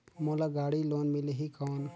मोला गाड़ी लोन मिलही कौन?